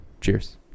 Cheers